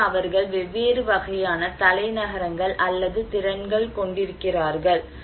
எனவே அவர்கள் வெவ்வேறு வகையான தலைநகரங்கள் அல்லது திறன்கள் கொண்டிருக்கிறார்கள்